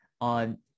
on